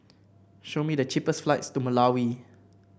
show me the cheapest flights to Malawi